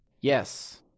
yes